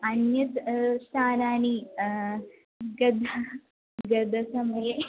अन्यानि स्थानानि गद्दा गतसमये